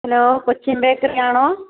hello Cochin ബേക്കറിയാണോ